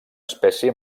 espècie